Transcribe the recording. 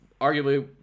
arguably